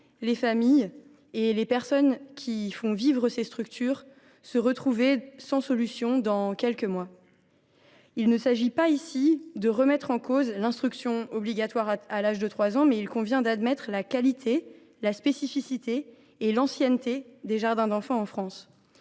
les familles et les personnes qui font vivre ces structures ne se retrouvent pas sans solution dans quelques mois. Il s’agit non pas de remettre en cause l’instruction obligatoire dès l’âge de 3 ans, mais d’admettre la qualité, la spécificité et l’ancienneté des jardins d’enfants en France.